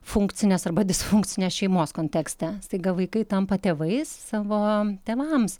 funkcinės arba disfunkcinės šeimos kontekste staiga vaikai tampa tėvais savo tėvams